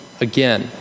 again